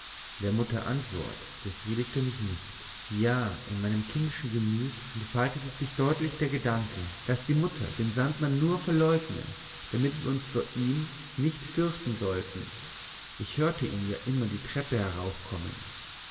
der mutter antwort befriedigte mich nicht ja in meinem kindischen gemüt entfaltete sich deutlich der gedanke daß die mutter den sandmann nur verleugne damit wir uns vor ihm nicht fürchten sollten ich hörte ihn ja immer die treppe heraufkommen